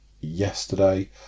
yesterday